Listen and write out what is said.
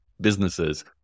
businesses